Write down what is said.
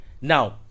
now